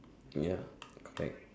ya like